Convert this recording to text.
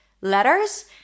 letters